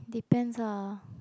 depends lah